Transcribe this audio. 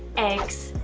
eggs,